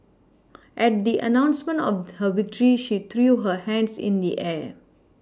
at the announcement of her victory she threw her hands in the air